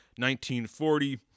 1940